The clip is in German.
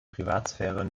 privatsphäre